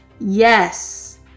yes